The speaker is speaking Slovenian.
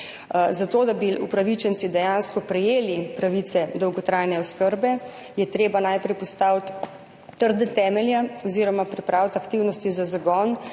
Za to, da bi upravičenci dejansko prejeli pravice do dolgotrajne oskrbe, je treba najprej postaviti trdne temelje oziroma pripraviti aktivnosti za zagon